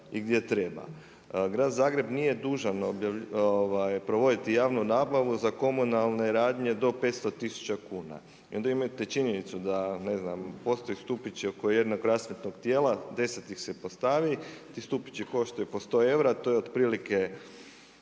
i gdje treba. Grad Zagreb nije dužan provoditi javnu nabavu za komunalne radnje do 500 tisuća kuna i onda imate činjenicu da ne znam postoje stupići oko jednog rasvjetnog tijela, 10 ih se postavi, ti stupići koštaju po 100 eura, to je otprilike